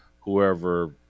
whoever